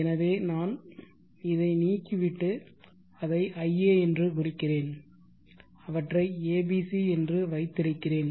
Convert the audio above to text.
எனவே நான் இதை நீக்கிவிட்டு அதை ia என்று குறிக்கிறேன் அவற்றை abc என்று வைத்திருக்கிறேன்